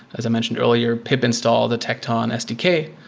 as i mentioned earlier, pip install the tecton sdk.